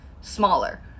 smaller